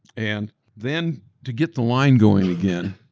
and then to get the line going again,